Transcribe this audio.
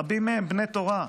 רבים מהם בני תורה,